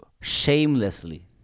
shamelessly